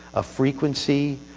a frequency,